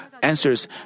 answers